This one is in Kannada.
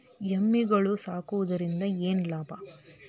ಎಮ್ಮಿಗಳು ಸಾಕುವುದರಿಂದ ಏನು ಲಾಭ?